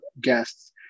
guests